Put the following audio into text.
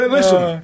Listen